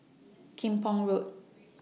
Kim Pong Road